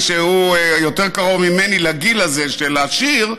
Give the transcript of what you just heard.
שהוא יותר קרוב ממני לגיל הזה של השיר,